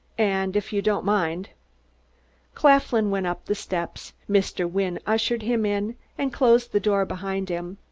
and if you don't mind claflin went up the steps, mr. wynne ushered him in and closed the door behind him.